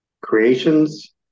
Creations